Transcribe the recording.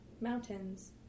mountains